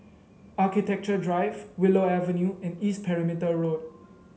Architecture Drive Willow Avenue and East Perimeter Road